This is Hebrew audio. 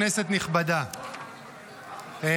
כנסת נכבדה,